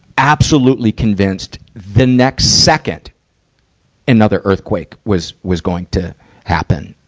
absolutely convinced the next second another earthquake was, was going to happen.